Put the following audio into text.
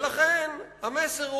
ולכן המסר הוא: